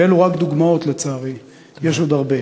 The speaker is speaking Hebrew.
ואלו רק דוגמאות, לצערי יש עוד הרבה.